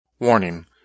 Warning